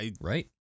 Right